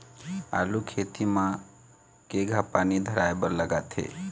आलू खेती म केघा पानी धराए बर लागथे?